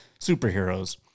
superheroes